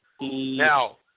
Now